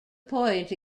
point